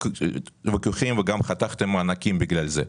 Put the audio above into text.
ויכוחים וגם חתכתם מענקים בגלל זה.